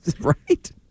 Right